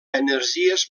energies